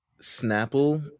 Snapple